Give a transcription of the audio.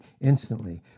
instantly